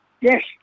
Yes